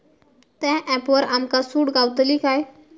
त्या ऍपवर आमका सूट गावतली काय?